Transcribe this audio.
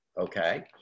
okay